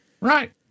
Right